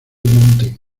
mountain